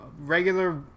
regular